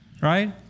right